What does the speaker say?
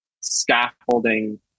scaffolding